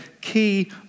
key